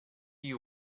you